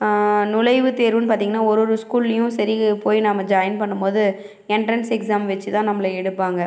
நுழைவுத்தேர்வுன்னு பார்த்திங்கன்னா ஒரு ஒரு ஸ்கூல்லேயும் சரி போய் நாம் ஜாயின் பண்ணும் போது என்ட்ரென்ஸ் எக்ஸாம் வச்சு தான் நம்மள எடுப்பாங்க